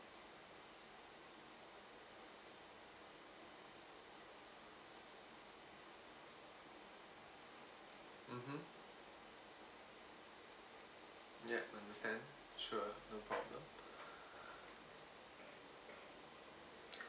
mmhmm yup understand sure no problem